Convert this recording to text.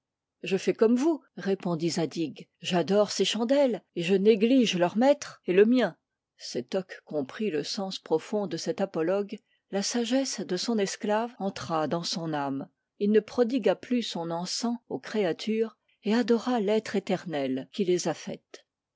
je fais comme vous répondit zadig j'adore ces chandelles et je néglige leur maître et le mien sétoc comprit le sens profond de cet apologue la sagesse de son esclave entra dans son âme il ne prodigua plus son encens aux créatures et adora l'etre éternel qui les a faites